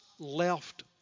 Left